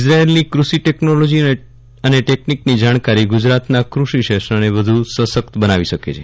ઇઝરાયેલની કૃષિ ટેકનોલોજી અને ટેકનીકની જાણકારી ગુજરાતના કૃષિ ક્ષેત્રને વ્યુ સશક્ત બનાવી શકે છે